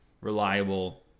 reliable